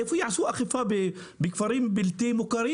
איפה יאכפו בכפרים בלתי מוכרים?